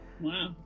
Wow